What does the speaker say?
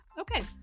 okay